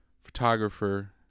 photographer